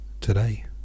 today